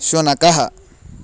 शुनकः